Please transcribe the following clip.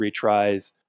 retries